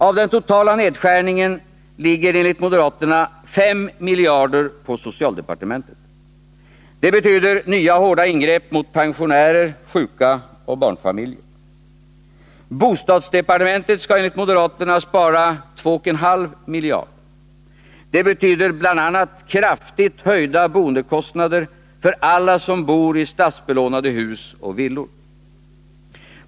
Av den totala nedskärningen ligger enligt moderaterna 5 miljarder på socialdepartementet. Det betyder nya hårda ingrepp mot pensionärer, sjuka och barnfamiljer. Bostadsdepartementet skall enligt moderaterna spara 2,5 miljarder. Det betyder bl.a. kraftigt höjda boendekostnader för alla som bor i statsbelånade hus och villor.